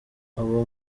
abo